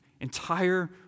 entire